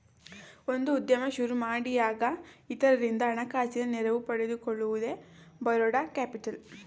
ಒಂದು ಉದ್ಯಮ ಸುರುಮಾಡಿಯಾಗ ಇತರರಿಂದ ಹಣಕಾಸಿನ ನೆರವು ಪಡೆದುಕೊಳ್ಳುವುದೇ ಬರೋಡ ಕ್ಯಾಪಿಟಲ್